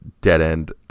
dead-end